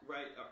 Right